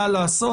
מה לעשות?